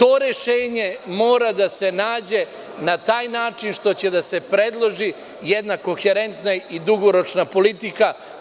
To rešenje mora da se nađe na taj način što će da se predloži jedna koherentna i dugoročna politika.